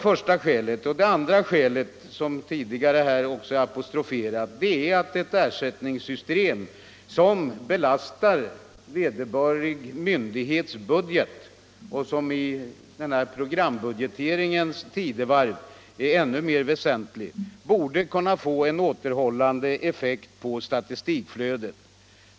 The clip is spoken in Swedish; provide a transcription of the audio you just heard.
För det andra borde, som tidigare här också apostroferats, ett ersättningssystem som belastar vederbörande myndighets budget — och som i programbudgeteringens tidevarv är ännu mer väsentligt— kunna få en återhållande effekt på statistikflödet.